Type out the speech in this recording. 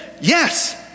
Yes